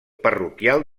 parroquial